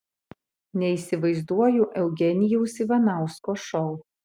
neįsivaizduoju eugenijaus ivanausko šou